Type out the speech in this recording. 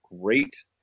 great